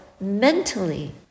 mentally